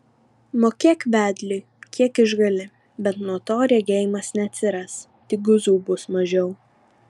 mokėk vedliui kiek išgali bet nuo to regėjimas neatsiras tik guzų bus mažiau